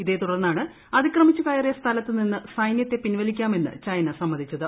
ഇതേതുടർന്നാണ് അതിക്രമിച്ച് കയറിയ സ്ഥലത്ത് നിന്ന് സൈന്യത്തെ പിൻവലിക്കാമെന്ന് ചൈന സമ്മതിച്ചത്